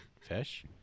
fish